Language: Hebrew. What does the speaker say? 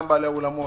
גם לבעלי אולמות,